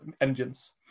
engines